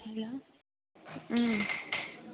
hello